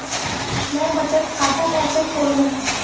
मैं बचत खाता कैसे खोलूं?